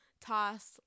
Toss